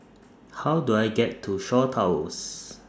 How Do I get to Shaw Towers